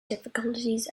difficulties